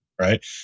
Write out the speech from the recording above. right